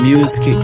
Music